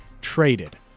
traded